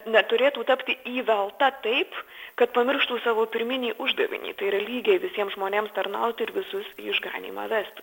neturėtų tapti įvelta taip kad pamirštų savo pirminį uždavinį tai yra lygiai visiems žmonėms tarnauti ir visus į išganymą vest